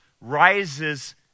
rises